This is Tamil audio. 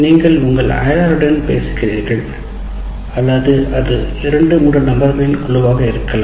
நீங்கள் உங்கள் அயலாரிடம் பேசுகிறீர்கள் அல்லது அது 23 நபர்களின் குழுவாக இருக்கலாம்